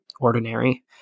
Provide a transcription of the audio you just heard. ordinary